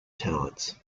talents